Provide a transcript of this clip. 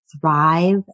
thrive